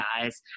guys